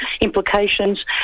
implications